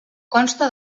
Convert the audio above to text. consta